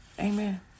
Amen